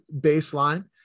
baseline